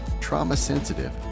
trauma-sensitive